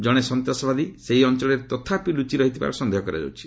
ଜଣେ ସନ୍ତାସବାଦୀ ସେହି ଅଞ୍ଚଳରେ ଲୁଚି ରହିଥିବାର ସନ୍ଦେହ କରାଯାଉଛି